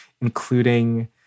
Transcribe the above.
including